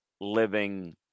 living